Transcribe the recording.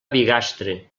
bigastre